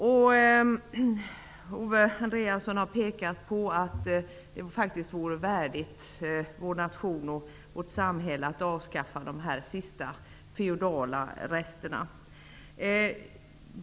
Owe Andréasson har pekat på att det faktiskt vore värdigt vår nation och vårt samhälle att avskaffa de här sista feodala resterna.